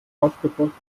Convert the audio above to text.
aufgebrochen